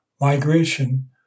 Migration